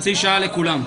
סך הכל.